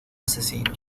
asesino